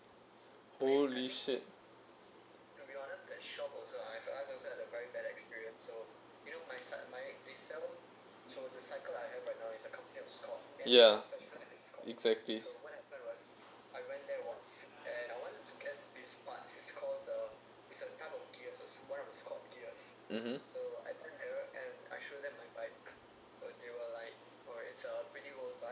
holy shit yeah exactly (uh huh)